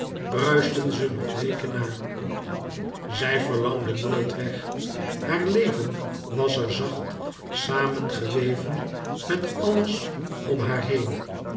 bruisten ze nog weken na zij verlangde nooit weg haar leven was er zacht samengeweven met alles om haar heen